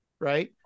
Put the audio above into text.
right